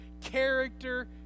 character